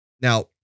Now